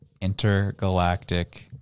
intergalactic